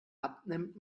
abnimmt